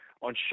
on